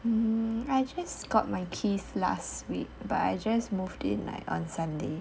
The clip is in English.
I just got my keys last week but I just moved in like on sunday